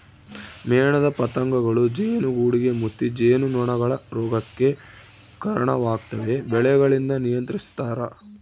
ಮೇಣದ ಪತಂಗಗಳೂ ಜೇನುಗೂಡುಗೆ ಮುತ್ತಿ ಜೇನುನೊಣಗಳ ರೋಗಕ್ಕೆ ಕರಣವಾಗ್ತವೆ ಬೆಳೆಗಳಿಂದ ನಿಯಂತ್ರಿಸ್ತರ